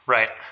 Right